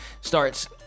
starts